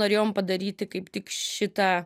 norėjom padaryti kaip tik šitą